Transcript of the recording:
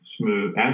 smooth